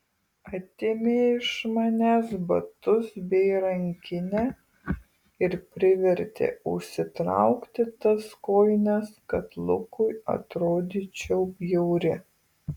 atėmė iš manęs batus bei rankinę ir privertė užsitraukti tas kojines kad lukui atrodyčiau bjauri